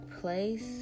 place